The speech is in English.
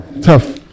tough